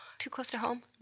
too close to home?